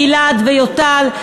גלעד ויוטל,